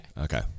Okay